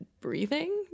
breathing